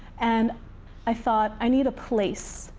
and i thought, i need a place.